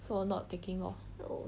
so not taking lor